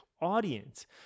audience